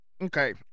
Okay